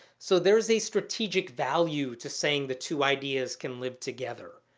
so there's a strategic value to saying the two ideas can live together.